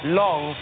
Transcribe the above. long